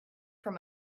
from